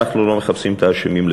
אנחנו לא מחפשים את האשמים,